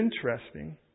interesting